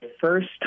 first